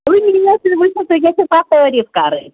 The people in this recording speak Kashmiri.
تُہۍ نِیُو تُہۍ وچھُو تُہۍ گژھِو پتہٕ تعریٖف کَرٕنۍ